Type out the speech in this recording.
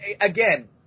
again